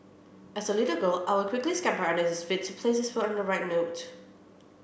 as a little girl I would quickly scamper under his feet to place his foot on the right note